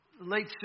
late